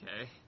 Okay